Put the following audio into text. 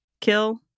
kill